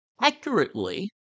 accurately